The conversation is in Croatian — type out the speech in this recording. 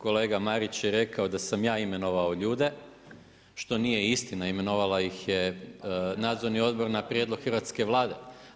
Kolega Marić je rekao da sam ja imenovao ljude što nije istina, imenovao ih Nadzorni odbor na prijedlog hrvatske Vlade.